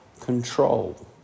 control